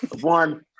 One